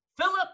philip